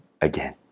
again